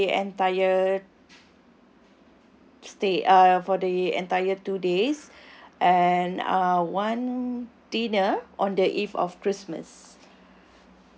for the entire stay uh for the entire two days and uh one dinner on the eve of christmas